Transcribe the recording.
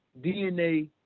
DNA